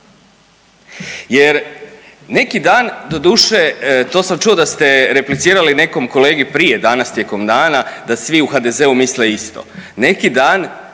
jer neki dan doduše to sam čuo da ste replicirali nekom kolegi prije danas tijekom dana da svi u HDZ-u misle isto. Neki dan